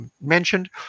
mentioned